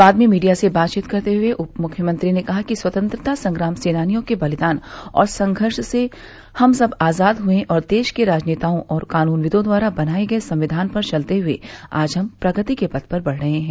बाद में मीडिया से बातचीत करते हुए उपमुख्यमंत्री ने कहा कि स्वतंत्रता संग्राम सेनानियों के बलिदान और संघर्ष से हम आजाद हुए और देश के राजनेताओं और कानूनविदों द्वारा बनाये गये संविधान पर चलते हए आज हम प्रगति के पथ पर बढ़ रहे हैं